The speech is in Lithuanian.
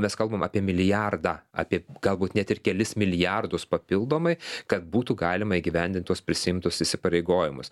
mes kalbam apie milijardą apie galbūt net ir kelis milijardus papildomai kad būtų galima įgyvendint tuos prisiimtus įsipareigojimus